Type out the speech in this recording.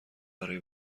برای